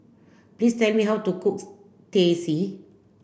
please tell me how to cook Teh C